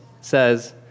says